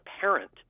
parent